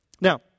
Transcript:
Now